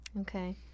Okay